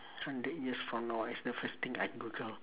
hundred years from now what's the first thing I google